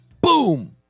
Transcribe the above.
Boom